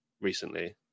recently